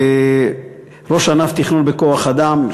ראש ענף תכנון כוח-אדם,